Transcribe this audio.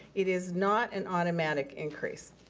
it is not an automatic increase.